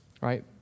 right